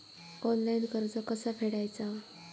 Online कर्ज कसा फेडायचा?